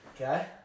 Okay